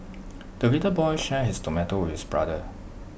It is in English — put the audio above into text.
the little boy shared his tomato with brother